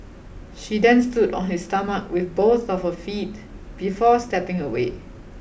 she then stood on his stomach with both of her feet before stepping away